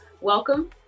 Welcome